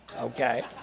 okay